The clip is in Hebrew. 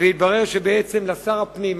ובעצם התברר שלשר הפנים,